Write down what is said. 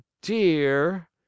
dear